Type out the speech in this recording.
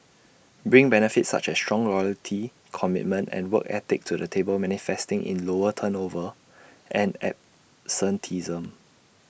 bring benefits such as strong loyalty commitment and work ethic to the table manifesting in lower turnover and absenteeism